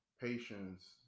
patience